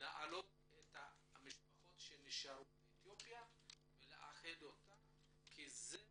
להעלות את המשפחות שנשארו באתיופיה ולאחד אותן עם המשפחות בארץ כי זאת